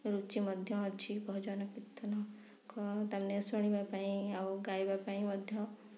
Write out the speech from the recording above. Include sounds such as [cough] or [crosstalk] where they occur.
ରୁଚି ମଧ୍ୟ ଅଛି ଭଜନ କୀର୍ତ୍ତନ [unintelligible] ତାମାନେ ଶୁଣିବା ପାଇଁ ଆଉ ଗାଇବା ପାଇଁ ମଧ୍ୟ